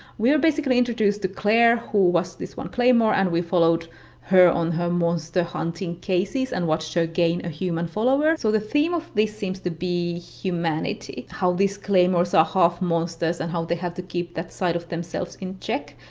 we were basically introduced to claire, who was this one claymore, and we followed her on her monster hunting cases and watched her gain a human follower. so the theme of this seems to be humanity, how these claymores are half monsters and how they have to keep that side of themselves in check,